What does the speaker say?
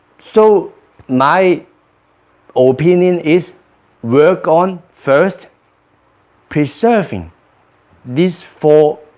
so my opinion is work on first preserving these four